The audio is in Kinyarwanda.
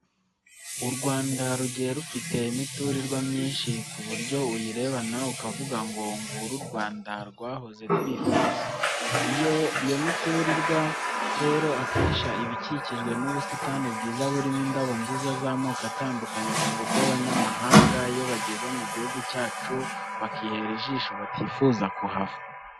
U Rwanda rugiye rufite imiturirwa myinshi ku buryo uyireba nawe ukavuga ngo nguru u Rwanda twahoze twifuza. Iyo miturirwa rero akenshi iba ikikijwe n'ubusitani bwiza burimo indabo nziza z'amoko atandukanye ku buryo abanyamahanga iyo bageze mu gihugu cyacu bakihera ijisho batifuza kuhava.